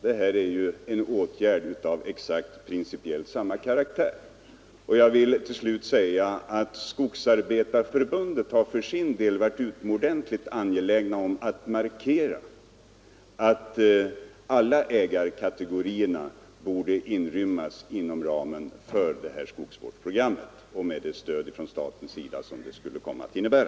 Detta stöd innebär en åtgärd av principiellt exakt samma karaktär. Jag vill till slut säga att Skogsarbetareförbundet för sin del har varit utomordentligt angeläget om att markera att alla ägarkategorier borde inrymmas i skogsvårdsprogrammet för att därigenom kunna få stöd från statens sida.